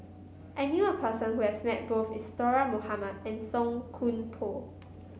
I knew a person who has met both Isadhora Mohamed and Song Koon Poh